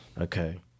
okay